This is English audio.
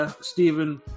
Stephen